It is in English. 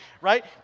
right